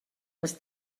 les